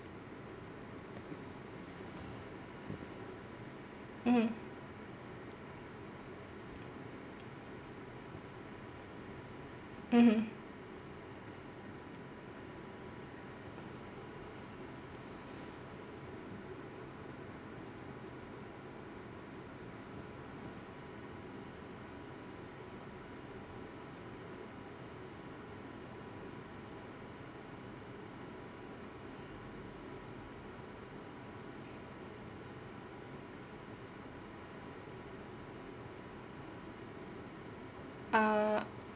mmhmm mmhmm err